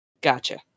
Gotcha